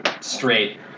straight